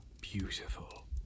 beautiful